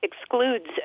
excludes